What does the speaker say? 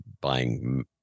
buying